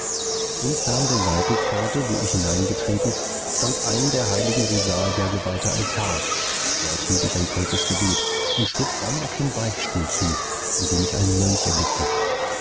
unfern der seitenpforte wo ich hineingetreten stand ein der heiligen rosalia geweihter altar dort hielt ich ein kurzes gebet und schritt dann auf den beichtstuhl zu in dem ich einen mönch erblickte